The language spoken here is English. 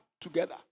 together